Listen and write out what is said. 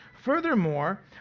Furthermore